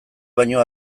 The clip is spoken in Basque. baino